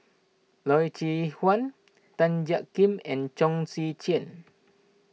Loy Chye Chuan Tan Jiak Kim and Chong Tze Chien